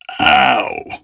Ow